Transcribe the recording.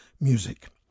music